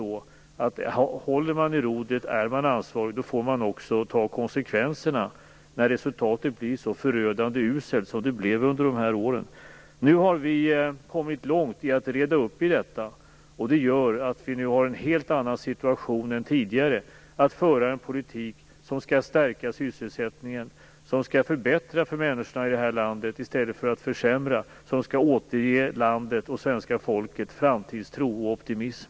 Håller man i rodret och är ansvarig får man naturligtvis ta konsekvenserna när resultatet blir så förödande uselt som det blev under de här åren. Vi har kommit långt i arbetet med att reda upp detta. Det gör att vi nu har en helt annan situation än tidigare när det gäller att föra en politik som skall stärka sysselsättningen och förbättra, inte försämra, för människor i det här landet och som skall återge landet och svenska folket framtidstro och optimism.